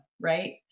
right